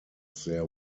their